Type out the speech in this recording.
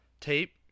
tape